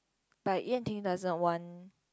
but Yan-Ting doesn't want